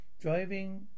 driving